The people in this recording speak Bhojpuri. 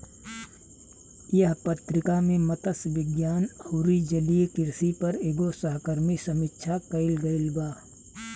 एह पत्रिका में मतस्य विज्ञान अउरी जलीय कृषि पर एगो सहकर्मी समीक्षा कईल गईल बा